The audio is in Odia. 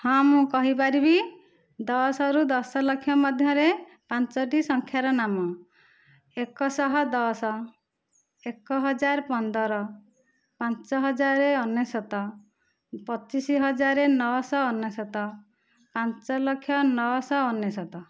ହଁ ମୁଁ କହିପାରିବି ଦଶରୁ ଦଶ ଲକ୍ଷ ମଧ୍ୟରେ ପାଞ୍ଚଟି ସଂଖ୍ୟାର ନାମ ଏକଶହ ଦଶ ଏକହଜାର ପନ୍ଦର ପାଞ୍ଚହଜାର ଅନେଶ୍ୱତ ପଚିଶ ହଜାର ନଅଶହ ଅନେଶ୍ୱତ ପାଞ୍ଚଲକ୍ଷ ନଅଶହ ଅନେଶ୍ୱତ